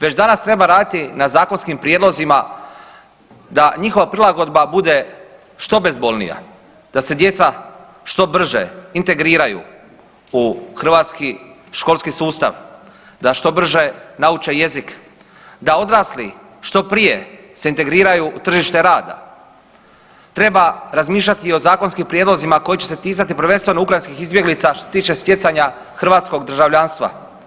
Već danas treba raditi na zakonskih prijedlozima da njihova prilagodba bude što bezbolnija, da se djeca što brže integriraju u hrvatski školski sustav, da što brže nauče jezik, da odrasli što prije se integriraju u tržište rada, treba razmišljati i o zakonskim prijedlozima koji će se ticati prvenstveno ukrajinskih izbjeglica, što se tiče stjecanja hrvatskog državljanstva.